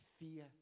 Fear